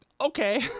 okay